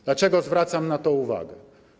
Dlaczego zwracam na to uwagę?